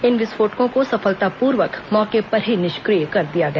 इन विस्फोटकों को सफलतापूवर्क मौके पर ही निष्क्रिय कर दिया गया